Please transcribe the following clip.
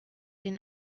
den